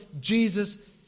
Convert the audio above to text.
Jesus